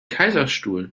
kaiserstuhl